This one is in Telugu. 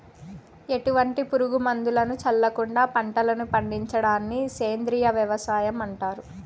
ఎటువంటి పురుగు మందులను చల్లకుండ పంటలను పండించడాన్ని సేంద్రీయ వ్యవసాయం అంటారు